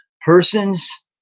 persons